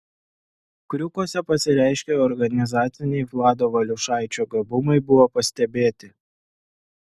kriukuose pasireiškę organizaciniai vlado valiušaičio gabumai buvo pastebėti